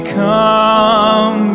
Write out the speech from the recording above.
come